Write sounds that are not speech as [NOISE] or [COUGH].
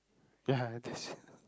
ya this [LAUGHS]